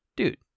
Dude